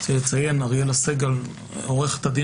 אני רוצה לציין, עורכת הדין